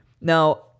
now